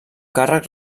càrrec